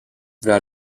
vers